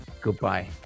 Goodbye